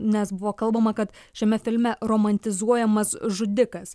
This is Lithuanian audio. nes buvo kalbama kad šiame filme romantizuojamas žudikas